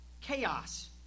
chaos